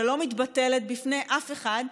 שלא מתבטלת בפני אף אחד,